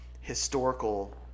historical